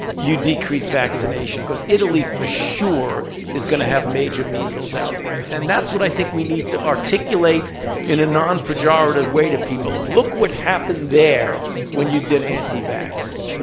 you decrease vaccination. because italy for sure is going to have major measles outbreaks, and that's what i think we need to articulate in a non-pejorative way to people. look what happened there when you did anti-vax.